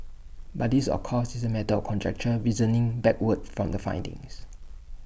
but this of course is is A matter or conjecture reasoning backward from the findings